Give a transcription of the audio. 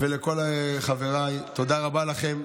לכל חבריי, תודה רבה לכם.